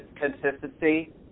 consistency